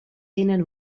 tenen